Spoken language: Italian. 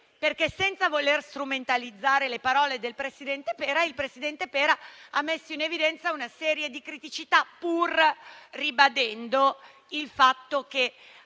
questo. Senza volerne strumentalizzare le parole, il presidente Pera ha messo in evidenza una serie di criticità, pur ribadendo il fatto che